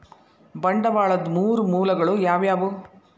ಬಂಡವಾಳದ್ ಮೂರ್ ಮೂಲಗಳು ಯಾವವ್ಯಾವು?